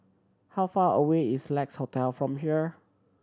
how far away is Lex Hotel from here